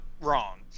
wrong